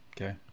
Okay